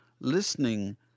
listening